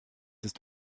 ist